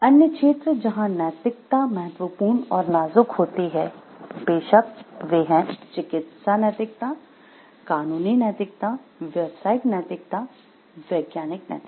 अन्य क्षेत्र जहां नैतिकता महत्वपूर्ण और नाजुक होती हैं बेशक वे है चिकित्सा नैतिकता कानूनी नैतिकता व्यावसायिक नैतिकता वैज्ञानिक नैतिकता